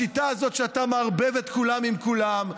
השיטה הזאת שאתה מערבב את כולם עם כולם,